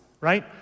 right